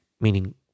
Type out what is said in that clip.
meaning